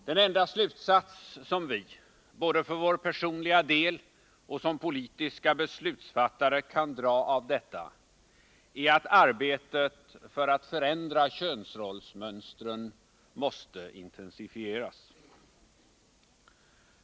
Den enda slutsats som vi både för vår personliga del och som beslutsfattare kan dra av detta är att arbetet för att förändra könsrollsmönstren måste intensifieras.